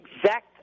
exact